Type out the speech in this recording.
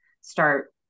start